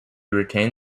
retained